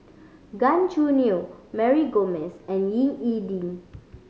Gan Choo Neo Mary Gomes and Ying E Ding